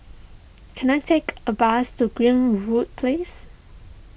can I take a bus to Greenwood Place